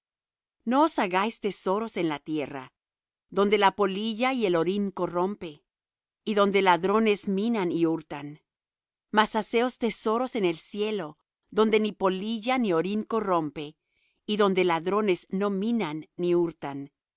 os hagáis tesoros en la tierra donde la polilla y el orín corrompe y donde ladronas minan y hurtan mas haceos tesoros en el cielo donde ni polilla ni orín corrompe y donde ladrones no minan ni hurtan